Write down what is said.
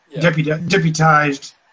Deputized